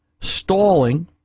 stalling